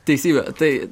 teisybė tai